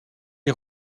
les